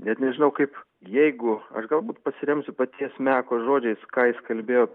net nežinau kaip jeigu aš galbūt pasiremsiu paties meko žodžiais ką jis kalbėjo